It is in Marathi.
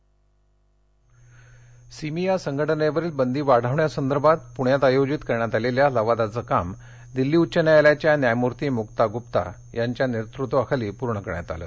सिमी सिमी या संघटनेवरील बंदी वाढवण्यासंदर्भात पुण्यात आयोजित करण्यात आलेल्या लवादाचं काम दिल्ली उच्च न्यायालयाच्या न्यायमूर्ती मुक्ता गुप्ता यांच्या नेतृत्वाखाली पूर्ण करण्यात आलं